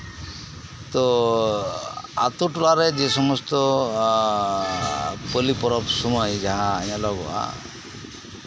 ᱛᱚ ᱟᱹᱛᱩ ᱴᱚᱞᱟᱨᱮ ᱡᱮ ᱥᱚᱢᱚᱥᱛᱚ ᱯᱟᱞᱤ ᱯᱚᱨᱚᱵᱽ ᱥᱚᱢᱚᱭ ᱡᱟᱦᱟᱸ ᱧᱮᱞᱚᱜᱚᱜᱼᱟ